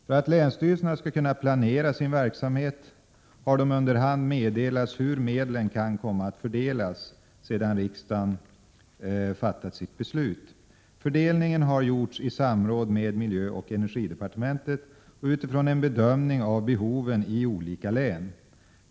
För att länsstyrelserna skall kunna planera sin verksamhet har de under hand meddelats hur medlen kan komma att fördelas sedan riksdagen fattat sitt beslut. Fördelningen har gjorts i samråd med miljöoch energidepartementet och utifrån en bedömning av behoven i olika län.